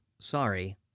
Sorry